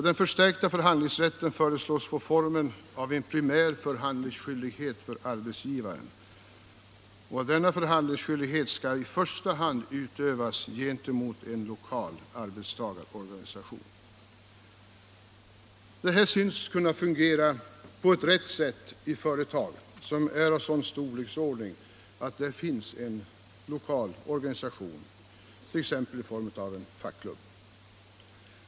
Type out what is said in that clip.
Den förstärkta förhandlingsrätten föreslås få formen av en primär förhandlingsskyldighet för arbetsgivaren, och denna förhandlingsskyldighet skall i första hand utövas gentemot lokal arbetstagarorganisation. Detta synes kunna fungera på ett riktigt sätt i företag som är av sådan storleksordning att där finns en lokal organisation, t.ex. i form av en fackklubb.